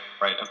right